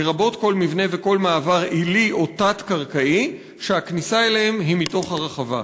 לרבות כל מבנה וכל מעבר עילי או תת-קרקעי שהכניסה אליהם היא מתוך הרחבה,